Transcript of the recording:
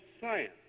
science